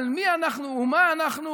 על מי אנחנו ומה אנחנו,